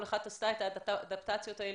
כל אחד עשה את האדפטציה הזאת,